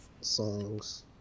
songs